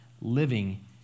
living